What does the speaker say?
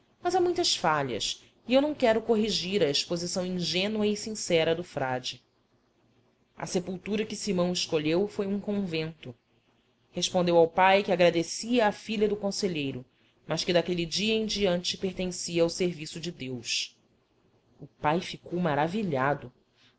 mas há muitas falhas e eu não quero corrigir a exposição ingênua e sincera do frade a sepultura que simão escolheu foi um convento respondeu ao pai que agradecia a filha do conselheiro mas que daquele dia em diante pertencia ao serviço de deus o pai ficou maravilhado